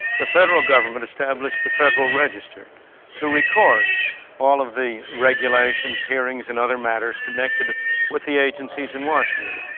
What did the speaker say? the federal government established the federal register to record all of the regulations, hearings and other matters connected with the agencies in washington.